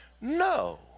No